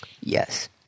Yes